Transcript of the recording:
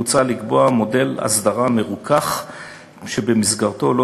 מוצע לקבוע מודל הסדרה מרוכך שבמסגרתו לא